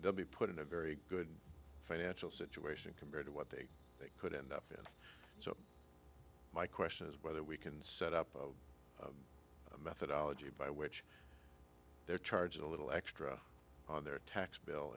they'll be put in a very good financial situation compared to what they could end up in my question is whether we can set up a methodology by which they're charging a little extra on their tax bill